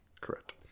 Correct